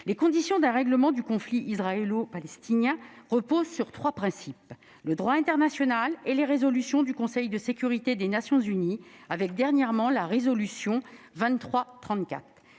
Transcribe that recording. Les conditions d'un règlement du conflit israélo-palestinien reposent sur trois principes : le droit international et les résolutions du Conseil de sécurité des Nations unies, avec dernièrement la résolution 2334